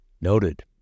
Noted